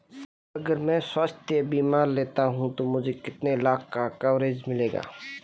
अगर मैं स्वास्थ्य बीमा लेता हूं तो मुझे कितने लाख का कवरेज मिलेगा?